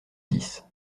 dix